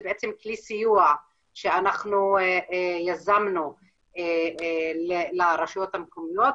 זה בעצם כלי סיוע שאנחנו יזמנו לרשויות המקומיות.